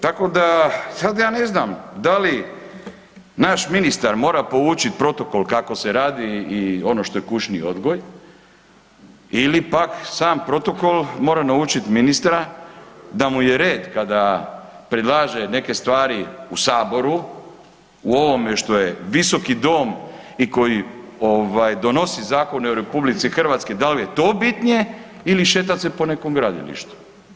Tako da sad ja ne znam da li naš ministar mora poučiti protokol kako se radi i ono što je kućni odgoj ili pak sam protokol mora naučiti ministra da mu je red kada predlaže neke stvari u Saboru, u ovome što je Visoki dom i koji donosi zakone u RH da li je to bitnije ili šetat se po nekom gradilištu.